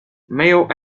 male